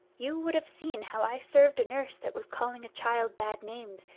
you would have seen how i served a nurse that was calling a child bad names,